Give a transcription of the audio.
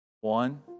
One